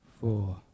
four